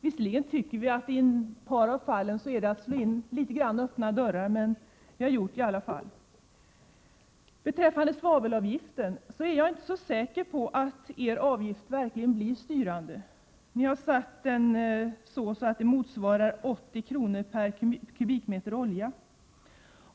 Visserligen anser vi att det i ett par fall innebär att man litet grand slår in öppna dörrar, men vi har ändå gjort det. Jag är inte säker på att den svavelavgift som ni har föreslagit verkligen blir styrande. Denna svavelavgift skall alltså vara 80 kr./m? olja.